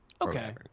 Okay